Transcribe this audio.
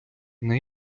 нею